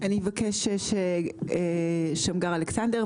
אבקש ששמגר אלכסנדר,